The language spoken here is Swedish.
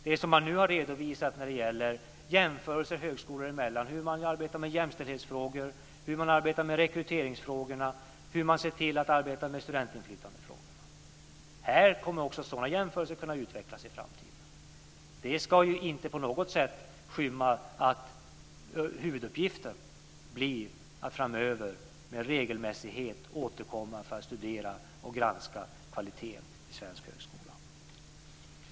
Det som nu har redovisats när det gäller jämförelser högskolor emellan är hur man arbetar med jämställdhetsfrågor, hur man arbetar med rekryteringsfrågorna och hur man ser till att arbeta med studentinflytandefrågorna. Här kommer också sådana jämförelser att kunna utvecklas i framtiden. Det ska inte på något sätt skymma att huvuduppgiften blir att framöver med regelmässighet återkomma för att studera och granska kvaliteten vid svenska högskolor.